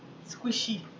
squishy